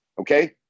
Okay